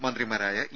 മന്ത്രിമാരായ ഇ